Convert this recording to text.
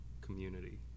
community